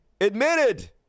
admitted